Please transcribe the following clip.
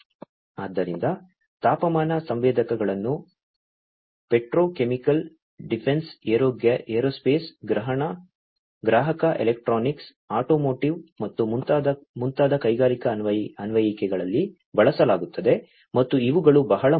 ಆದ್ದರಿಂದ ತಾಪಮಾನ ಸಂವೇದಕಗಳನ್ನು ಪೆಟ್ರೋಕೆಮಿಕಲ್ ಡಿಫೆನ್ಸ್ ಏರೋಸ್ಪೇಸ್ ಗ್ರಾಹಕ ಎಲೆಕ್ಟ್ರಾನಿಕ್ಸ್ ಆಟೋಮೋಟಿವ್ ಮತ್ತು ಮುಂತಾದ ಕೈಗಾರಿಕಾ ಅನ್ವಯಿಕೆಗಳಲ್ಲಿ ಬಳಸಲಾಗುತ್ತದೆ ಮತ್ತು ಇವುಗಳು ಬಹಳ ಮುಖ್ಯ